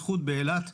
ביחוד באילת,